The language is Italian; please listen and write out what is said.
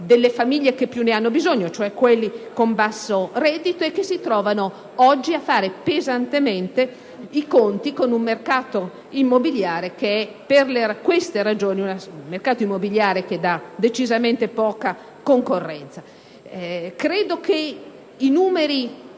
delle famiglie che più ne hanno bisogno, cioè quelle con basso reddito, che si trovano oggi a fare pesantemente i conti con un mercato immobiliare che, proprio per queste ragioni, dà decisamente poca concorrenza. Credo che i numeri